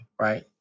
Right